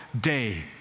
day